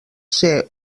ser